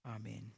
Amen